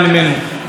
שר העבודה?